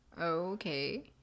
Okay